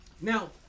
Now